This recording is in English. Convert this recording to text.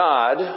God